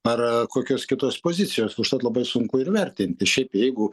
ar kokios kitos pozicijos užtat labai sunku ir vertinti šiaip jeigu